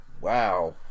Wow